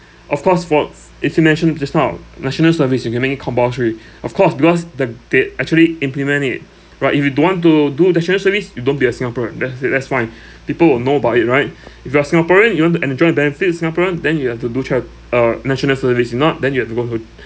of course for if you mentioned just now national service you can make it compulsory of course because the they actually implement it right if you don't want to do national service you don't be a singaporean that's it that's fine people will know about it right if you are singaporean you want to enjoy the benefits singaporean then you have to do chat uh national service if not then you have to go to